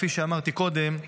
כפי שאמרתי קודם,